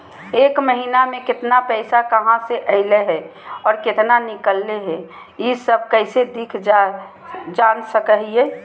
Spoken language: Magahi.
एक महीना में केतना पैसा कहा से अयले है और केतना निकले हैं, ई सब कैसे देख जान सको हियय?